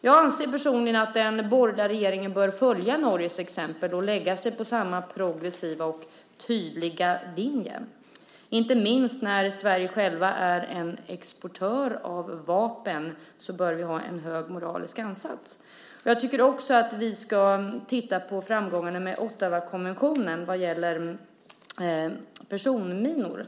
Jag anser personligen att den borgerliga regeringen bör följa Norges exempel och lägga sig på samma progressiva och tydliga linje. Inte minst eftersom Sverige självt är en exportör av vapen bör vi ha en hög moralisk ansats. Jag tycker också att vi ska titta på framgångarna med Ottawakonventionen vad gäller personminor.